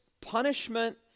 punishment